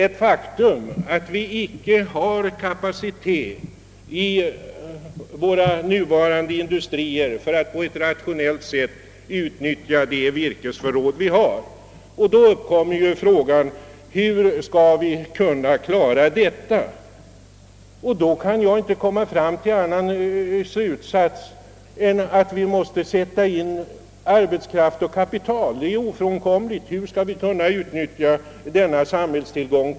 Våra industrier har inte tillräcklig kapacitet för att på ett rationellt sätt utnyttja virkesförrådet. Hur skall vi klara den saken? Ja, jag kan inte komma till någon annan slutsats än att vi måste sätta in mer arbetskraft och kapital. Hur skall vi annars kunna utnyttja denna samhällstillgång?